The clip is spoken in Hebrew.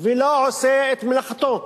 ולא עושה את מלאכתו,